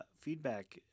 feedback